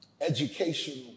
educational